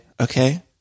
Okay